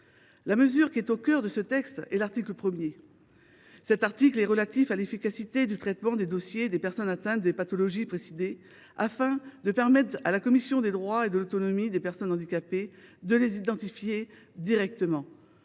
du handicap. Le cœur du texte est l’article 1, relatif à l’efficacité du traitement des dossiers des personnes atteintes des pathologies précitées, afin de permettre à la commission des droits et de l’autonomie des personnes handicapées de les identifier directement.